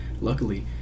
Luckily